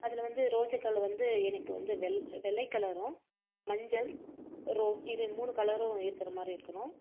அதில் வந்து ரோஜாக்கள் வந்து எனக்கு வந்து வெள் வெள்ளை கலரும் மஞ்சள் ரோஸ் இது மூணு கலரும் இருக்கிற மாதிரி இருக்கணும்